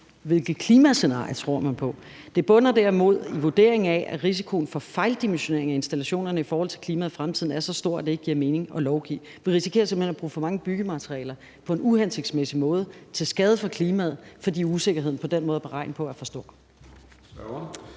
hvilket klimascenarie man tror på; det bunder derimod i vurderingen af, at risikoen for fejldimensionering af installationerne i forhold til klimaet i fremtiden er så stor, at det ikke giver mening at lovgive om det. Vi risikerer simpelt hen at bruge for mange byggematerialer på en uhensigtsmæssig måde og til skade for klimaet, fordi usikkerheden i den måde at beregne på er for stor.